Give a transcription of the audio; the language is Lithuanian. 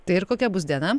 tai ir kokia bus diena